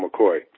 McCoy